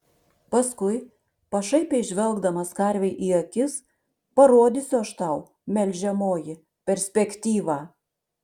paskui pašaipiai žvelgdamas karvei į akis parodysiu aš tau melžiamoji perspektyvą